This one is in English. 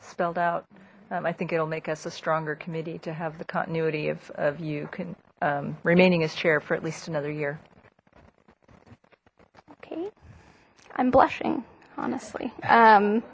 spelled out i think it'll make us a stronger committee to have the continuity of you can remaining his chair for at least another year okay i'm blushing honestly um